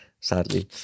Sadly